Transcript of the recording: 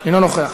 אינו נוכח,